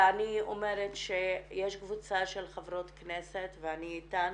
ואני אומרת שיש קבוצה של חברות כנסת ואני איתן